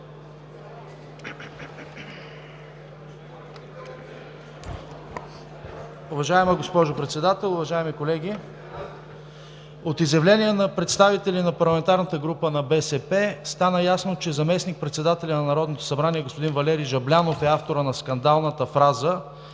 Уважаема госпожо Председател, уважаеми колеги! От изявление на представители на Парламентарната група на БСП стана ясно, че заместник-председателят на Народното събрание господин Валери Жаблянов е авторът на скандалната фраза,